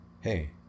hey